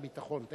הביטחון?